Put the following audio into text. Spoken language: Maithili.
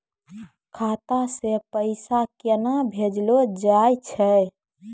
खाता से पैसा केना भेजलो जाय छै?